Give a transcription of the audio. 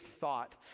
thought